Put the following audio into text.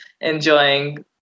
enjoying